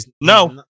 No